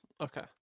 Okay